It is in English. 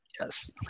Yes